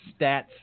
stats